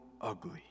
ugly